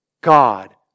God